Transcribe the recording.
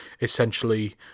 essentially